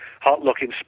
hot-looking